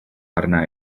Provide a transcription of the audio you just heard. arna